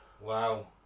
Wow